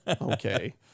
okay